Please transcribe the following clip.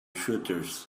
shooters